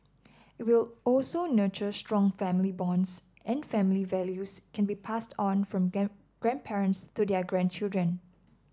it will also nurture strong family bonds and family values can be passed on from grandparents to their grandchildren